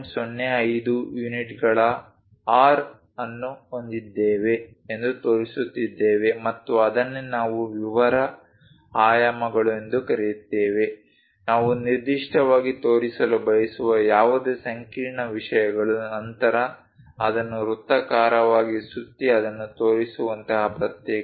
05 ಯುನಿಟ್ಗಳ R ಅನ್ನು ಹೊಂದಿದ್ದೇವೆ ಎಂದು ತೋರಿಸುತ್ತಿದ್ದೇವೆ ಮತ್ತು ಅದನ್ನೇ ನಾವು ವಿವರ ಆಯಾಮಗಳು ಎಂದು ಕರೆಯುತ್ತೇವೆ ನಾವು ನಿರ್ದಿಷ್ಟವಾಗಿ ತೋರಿಸಲು ಬಯಸುವ ಯಾವುದೇ ಸಂಕೀರ್ಣ ವಿಷಯಗಳು ನಂತರ ಅದನ್ನು ವೃತ್ತಾಕಾರವಾಗಿ ಸುತ್ತಿ ಅದನ್ನು ತೋರಿಸುವಂತಹ ಪ್ರತ್ಯೇಕ ವಿಷಯ